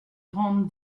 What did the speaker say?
grande